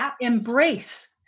embrace